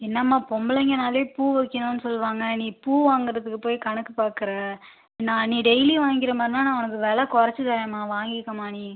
என்னம்மா பொம்பளைங்கனாலே பூ வைக்கணுன்னு சொல்லுவாங்க நீ பூ வாங்கறதுக்கு போய் கணக்கு பார்க்குற நான் நீ டெய்லியும் வாங்குற மாதிரினா நான் உனக்கு வெலை கொறச்சு தரேம்மா வாங்கிக்கோமா நீ